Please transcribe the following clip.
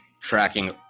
tracking